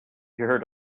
heard